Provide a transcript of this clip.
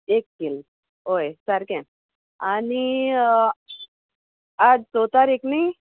एक किल होय सारकें आनी आज सो तारीक न्ही